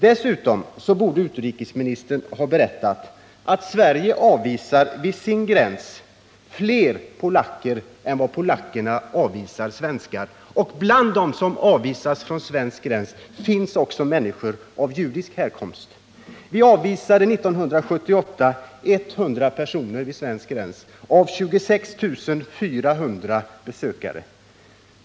Dessutom borde utrikesministern ha berättat att Sverige vid sin gräns avvisar fler polacker än vad Polen avvisar svenskar liksom att bland dem som avvisas från Sveriges gräns också finns människor av judisk härkomst. Vi avvisade år 1978 vid svensk gräns 100 av 26 400 besökare från Polen.